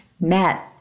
Matt